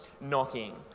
knocking